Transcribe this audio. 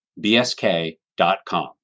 bsk.com